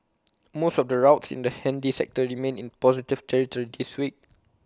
most of the routes in the handy sector remained in positive territory this week